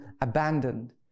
abandoned